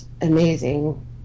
amazing